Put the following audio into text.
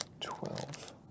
twelve